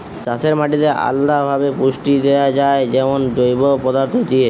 চাষের মাটিতে আলদা ভাবে পুষ্টি দেয়া যায় যেমন জৈব পদার্থ দিয়ে